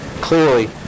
clearly